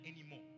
anymore